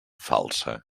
falsa